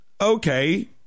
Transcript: Okay